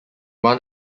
one